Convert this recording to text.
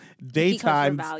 Daytime